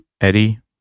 Eddie